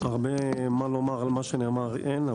הרבה מה לומר על מה שנאמר אין,